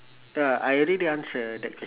uh I already answer that question